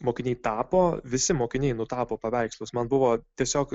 mokiniai tapo visi mokiniai nu tapo paveikslus man buvo tiesiog